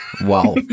Wow